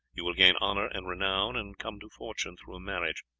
you will gain honour and renown, and come to fortune through a marriage.